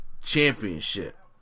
Championship